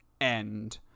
end